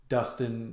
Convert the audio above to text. Dustin